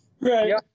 right